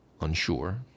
unsure